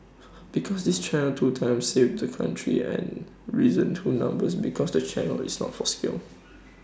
because this channel two times saved the country and reason two number because the channel is not for sale